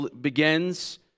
begins